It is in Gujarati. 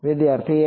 વિદ્યાર્થી n